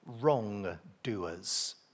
wrongdoers